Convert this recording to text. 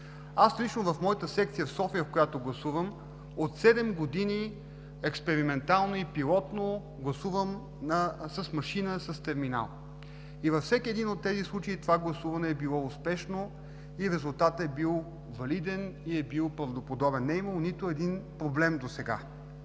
Лично аз в моята секция в София, където гласувам, от седем години експериментално и пилотно гласувам с машина с терминал. Във всеки един от тези случаи гласуването ми е било успешно, резултатът е бил валиден и правдоподобен, не е имало нито един проблем досега!